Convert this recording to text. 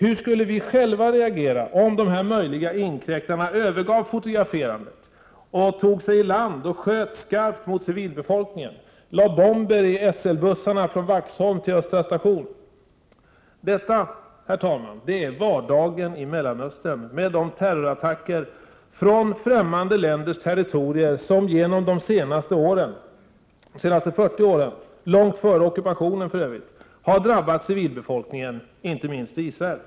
Hur skulle vi själva reagera, om de här möjliga inkräktarna övergav fotograferandet och istället tog sig i land och sköt skarpt mot civilbefolkningen och lade bomber i SL-bussarna som går från Vaxholm till Östra station? Händelser av detta slag, herr talman, är vardagen i Mellanöstern. Jag tänker då på terrorattacker från främmande länders territorier, som under de senaste 40 åren — för övrigt långt före ockupationen — har drabbat civilbefolkningen, inte minst i Israel.